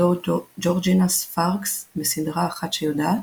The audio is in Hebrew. בתור ג'ורג'ינה ספארקס בסדרה "אחת שיודעת"